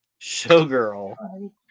showgirl